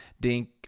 dink